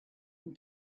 and